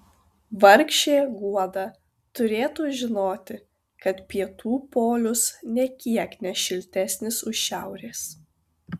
vargšė guoda turėtų žinoti kad pietų polius nė kiek ne šiltesnis už šiaurės